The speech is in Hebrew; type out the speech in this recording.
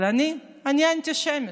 אבל אני, אני אנטישמית.